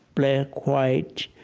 black, white,